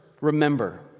remember